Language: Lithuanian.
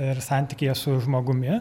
ir santykyje su žmogumi